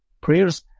prayers